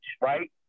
right